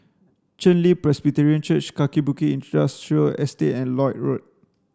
Chen Li Presbyterian Church Kaki Bukit Industrial Estate and Lloyd Road